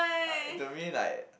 to me like